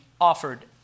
offered